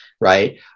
right